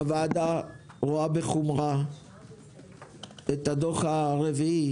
סיכום: הוועדה רואה בחומרה את הדוח הרביעי